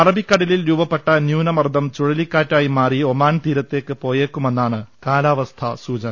അറബിക്കടലിൽ രൂപപ്പെട്ട ന്യൂനമർദ്ദം ചുഴലിക്കാറ്റായി മാറി ഒമാൻ തീരത്തേക്ക് പോയേക്കുമെന്നാണ് കാലാവസ്ഥാ സൂചന